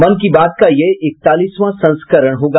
मन की बात का यह इकतालीसवां संस्करण होगा